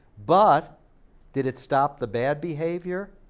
but did it stop the bad behavior?